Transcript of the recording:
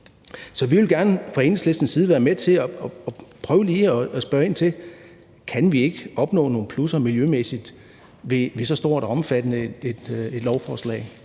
Så vi vil gerne fra Enhedslistens side være med til lige at prøve at spørge ind til: Kan vi ikke opnå nogen plusser miljømæssigt ved et så stort og omfattende lovforslag?